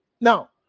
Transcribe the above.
now